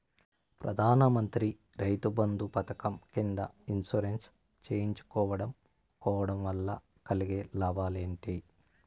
ప్రధాన మంత్రి రైతు బంధు పథకం కింద ఇన్సూరెన్సు చేయించుకోవడం కోవడం వల్ల కలిగే లాభాలు ఏంటి?